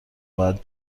باید